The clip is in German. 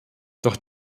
doch